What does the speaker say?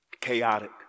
chaotic